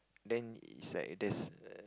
then it's like there's a